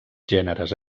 gèneres